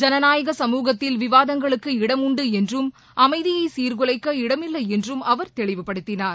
ஜனநாயக சமூகத்தில் விவாதங்களுக்கு இடமுண்டு என்றும் அமைதியை சீர்குலைக்க இடமில்லை என்றும் அவர் தெளிவுப்படுத்தினார்